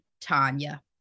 Tanya